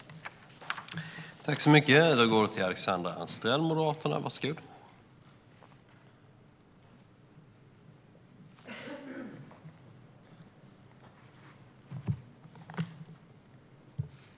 Då Michael Svensson, som framställt interpellationen, anmält att han var förhindrad att närvara vid sammanträdet medgav förste vice talmannen att Alexandra Anstrell i stället fick delta i överläggningen.